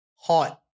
hot